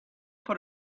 put